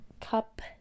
cup